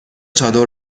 چادر